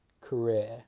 career